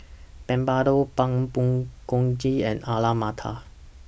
Papadum Pork Bulgogi and Alu Matar